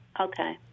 Okay